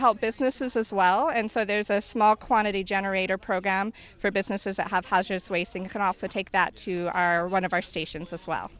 help businesses as well and so there's a small quantity generator program for businesses that have houses waste and can also take that to our one of our stations as well